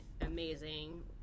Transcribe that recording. amazing